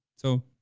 so,